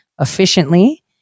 efficiently